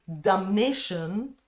damnation